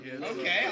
okay